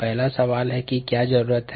पहला सवाल यह है कि क्या जरूरत है